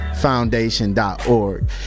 foundation.org